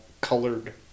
colored